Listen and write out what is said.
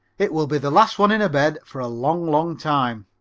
it will be the last one in a bed for a long, long time.